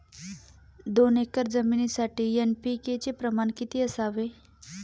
दोन एकर जमिनीसाठी एन.पी.के चे प्रमाण किती असावे?